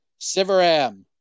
Sivaram